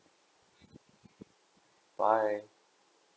bye